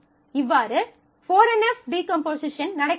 இவ்வாறு 4 NF decomposition நடக்கிறது